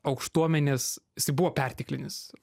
aukštuomenės jisai buvo perteklinis